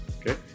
okay